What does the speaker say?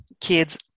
kids